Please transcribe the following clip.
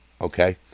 Okay